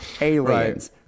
Aliens